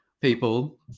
people